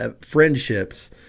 friendships